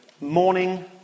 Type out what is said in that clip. morning